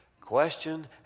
question